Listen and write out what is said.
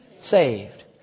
saved